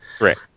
Right